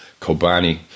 Kobani